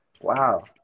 Wow